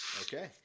Okay